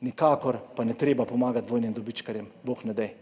nikakor pa ni treba pomagati vojnim dobičkarjem, bog ne daj.